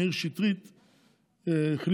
מאיר שטרית החליט,